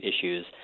issues